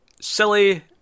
Silly